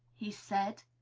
he said.